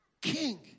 king